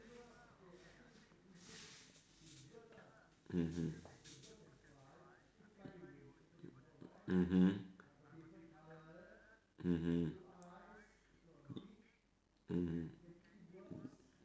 mmhmm mmhmm mm mmhmm